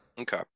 Okay